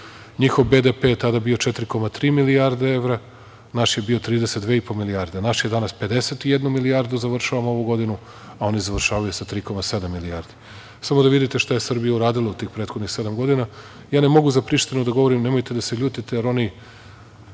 godina. Njihov BDP je tada bio 4,3 milijarde evra, a naš je bio 32,5 milijardi evra. Naš je danas, 51 milijardu, završavamo ovu godinu , a oni završavaju sa 3,7 milijardi. Samo da vidite šta je Srbija uradila u tih prethodnih sedam i po godina. Ja ne mogu za Prištinu da govorim, nemojte da se ljutite, jer oni